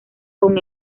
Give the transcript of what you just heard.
con